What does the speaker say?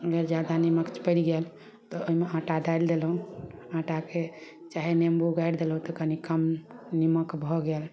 बेर ज्यादा निमक पड़ि गेल तऽ ओहिमे आटा डालि देलहुॅं आटाके चाहे निम्बू गारि देलहुॅं तऽ कनि कम निमक भऽ गेल